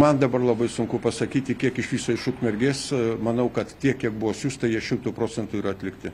man dabar labai sunku pasakyti kiek iš viso iš ukmergės manau kad tiek kiek buvo siųsta jie šimtu procentų yra atlikti